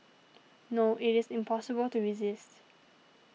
no it is impossible to resist